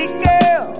girl